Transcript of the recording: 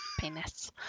Penis